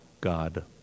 God